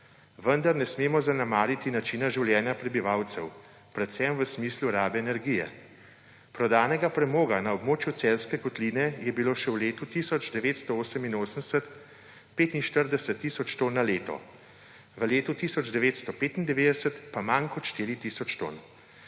vendar ne smemo zanemariti načina življenja prebivalcev, predvsem v smislu rabe energije. Prodanega premoga na območju Celjske kotline je bilo še v letu 1988 45 tisoč ton na leto. V letu 1995 pa manj kot 4 tisoč ton.